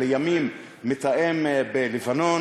לימים מתאם בלבנון.